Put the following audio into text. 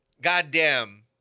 goddamn